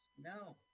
no